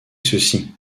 ceci